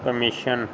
commission